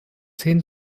zehn